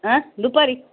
हा दुपारी